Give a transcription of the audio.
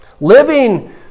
Living